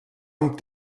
amb